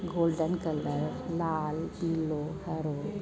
golden colour लाल पिलो हरो